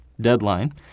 deadline